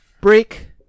break